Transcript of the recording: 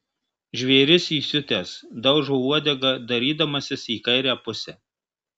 žvėris įsiutęs daužo uodega dairydamasis į kairę pusę